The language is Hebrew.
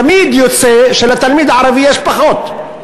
תמיד יוצא שלתלמיד הערבי יש פחות.